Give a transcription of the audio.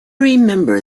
remember